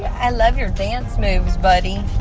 i love your dance moves, buddy